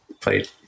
played